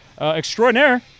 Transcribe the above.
extraordinaire